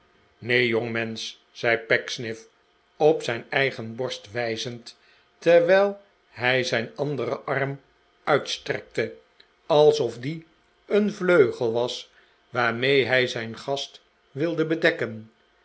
neen jongmensch zei pecksniff op zijn eigen borst wijzend terwijl hij zijn anderen arm uitstrekte alsof die een vleugel was waarmee hij zijn gast wilde bedekken